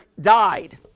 died